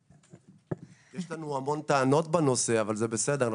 יש לנו המון טענות בנושא אבל זה בסדר,